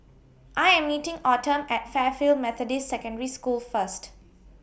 I Am meeting Autumn At Fairfield Methodist Secondary School First